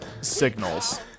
signals